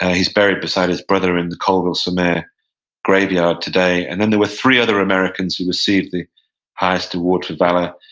ah he's buried beside his brother in the colleville-sur-mer graveyard today. and then there were three other americans who received the highest award for valor.